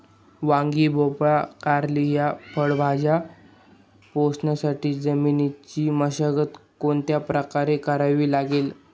वांगी, भोपळा, कारली या फळभाज्या पोसण्यासाठी जमिनीची मशागत कोणत्या प्रकारे करावी लागेल?